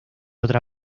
otra